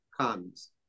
comes